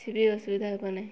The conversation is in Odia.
କିଛି ବି ଅସୁବିଧା ହେବ ନାହିଁ